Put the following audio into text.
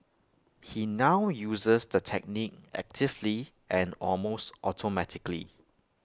he now uses the technique actively and almost automatically